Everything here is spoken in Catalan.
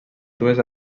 dues